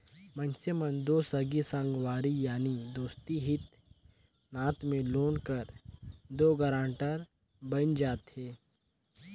मइनसे मन दो संगी संगवारी यारी दोस्ती हित नात में लोन कर दो गारंटर बइन जाथे